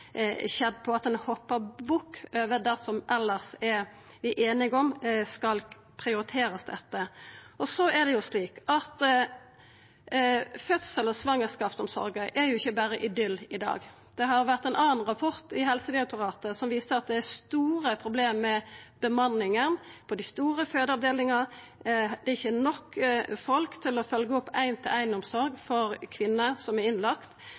bukk over det vi elles er einige om skal prioriterast etter. Så er det jo slik at fødsels- og svangerskapsomsorga er ikkje berre idyll i dag. Det har vore ein annan rapport i Helsedirektoratet som viser at det er store problem med bemanninga på dei store fødeavdelingane, at det ikkje er nok folk til å følgje opp ein-til-ein-omsorg for kvinner som er